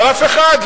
אבל אף אחד,